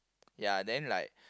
ya then like